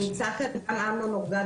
נמצא כאן אמנון אורגד,